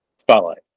spotlight